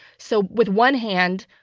so with one hand,